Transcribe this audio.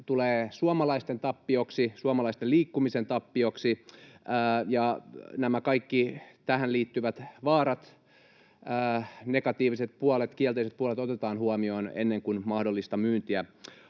tulee suomalaisten tappioksi, suomalaisten liikkumisen tappioksi, ja nämä kaikki tähän liittyvät vaarat, negatiiviset puolet, kielteiset puolet, otetaan huomioon ennen kuin mahdollista myyntiä